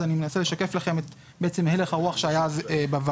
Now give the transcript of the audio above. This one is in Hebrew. אז אני מנסה לשקף לכם את הלך הרוח שהיה אז בוועדה.